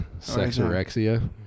Sexorexia